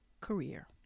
career